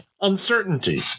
Uncertainty